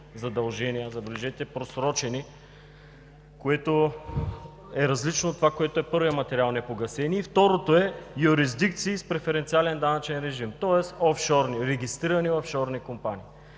задължения, забележете просрочени, което е различно от това, което е в първия материал – непогасени. И второто е юрисдикции с преференциален данъчен режим, тоест регистрирани офшорни компании.